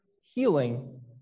healing